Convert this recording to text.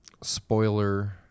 spoiler